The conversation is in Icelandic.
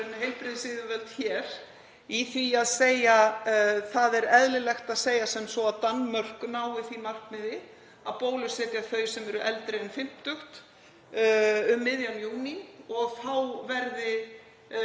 í því að segja: Það er eðlilegt að segja sem svo að Danmörk nái því markmiði að bólusetja þau sem eru eldri en fimmtug um miðjan júní og þá verði